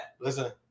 listen